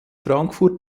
frankfurt